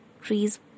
Trees